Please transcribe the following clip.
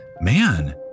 Man